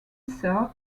served